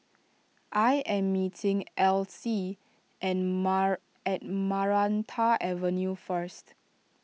I am meeting Alcee at mall at Maranta Avenue first